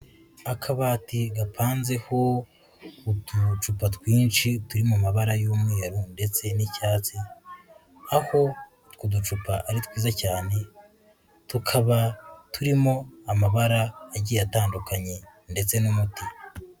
Akabati gapanzeho uducupa twinshi turi mu mabara y'umweru ndetse n'icyatsi, aho utwo ducupa ari twiza cyane tukaba turimo amabara agiye atandukanye ndetse n'umuti.